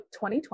2020